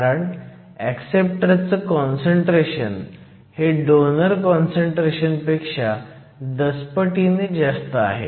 कारण ऍक्सेप्टर चं काँसंट्रेशन हे डोनर काँसंट्रेशन पेक्षा दसपटीने जास्त आहे